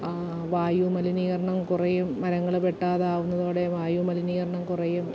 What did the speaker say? വായു മലിനീകരണം കുറയും മരങ്ങള് വെട്ടാതാവുന്നതോടെ വായു മലിനീകരണം കുറയും